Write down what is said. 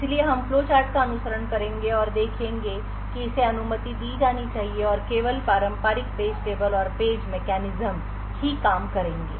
इसलिए हम फ्लोचार्ट का अनुसरण करेंगे और देखेंगे कि इसे अनुमति दी जानी चाहिए और केवल पारंपरिक पेज टेबल और पेज मैकेनिज्म ही काम करेंगे